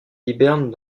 hiberne